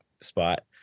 spot